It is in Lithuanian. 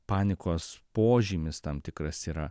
panikos požymis tam tikras yra